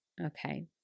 Okay